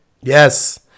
Yes